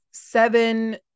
seven